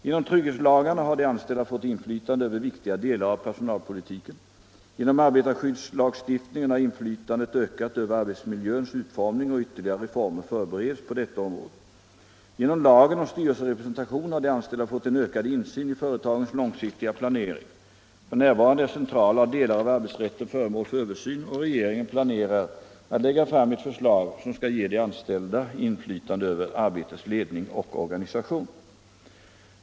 Genom trygghetslagarna har de anställda fått inflytande över viktiga delar av personalpolitiken. Genom arbetarskyddslagstiftningen har inflytandet ökat över arbetsmiljöns utformning och ytterligare reformer förbereds på detta område. Genom lagen om styrelserepresentation har de anställda fått en ökad insyn i företagens långsiktiga planering. F.n. är centrala delar av arbetsrätten föremål för översyn och regeringen planerar att lägga fram ett förslag, som skall ge de anställda inflytande över arbetets ledning och organisation.